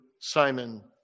Simon